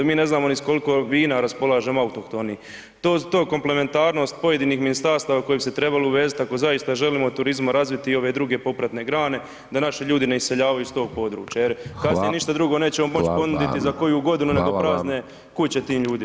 Mi ne znamo ni s koliko vina raspolažemo autohtoni, to komplementarnost pojedinih ministarstava koji bi se trebali uvezat ako zaista želimo od turizma razviti i ove druge popratne grane da naši ljudi ne iseljavaju iz tog područja [[Upadica: Hva–la vam…]] jer kasnije ništa drugo nećemo moć ponuditi za koju godinu [[Upadica: Hvala vam…]] nego prazne kuće tim ljudima.